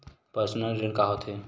Personal ऋण का होथे?